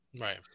Right